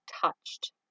touched